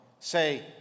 say